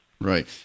Right